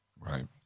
Right